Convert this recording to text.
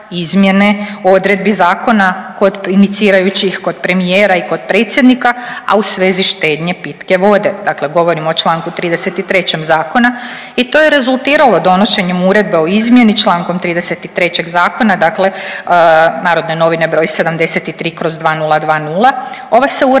izmjene odredbi zakona kod, inicirajući ih kod premijera i kod predsjednika, a u svezi štednje pitke vode, dakle govorim o Članku 33. zakona. I to je rezultiralo donošenjem uredbe o izmjeni Člankom 33. zakona, dakle Narodne novine broj 73/2020. Ova se uredba